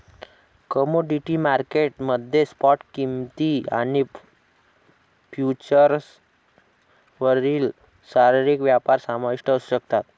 commodity market मध्ये spot किंमती आणि फ्युचर्सवरील शारीरिक व्यापार समाविष्ट असू शकतात